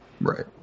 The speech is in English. Right